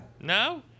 no